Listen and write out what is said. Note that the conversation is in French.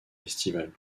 festival